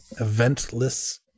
eventless